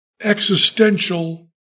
existential